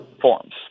forms